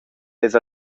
eis